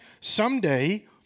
someday